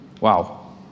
Wow